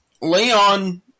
Leon